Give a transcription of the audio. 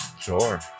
Sure